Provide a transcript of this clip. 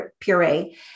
puree